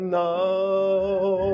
now